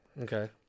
Okay